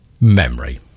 memory